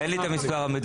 אין לי את המספר המדויק.